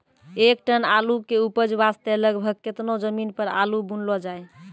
एक टन आलू के उपज वास्ते लगभग केतना जमीन पर आलू बुनलो जाय?